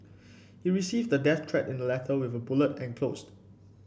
he received a death threat in a letter with a bullet enclosed